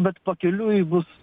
bet pakeliui bus